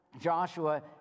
Joshua